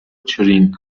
چرینگ